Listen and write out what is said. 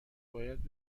باید